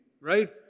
Right